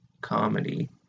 comedy